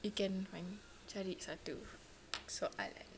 you can find cari satu soalan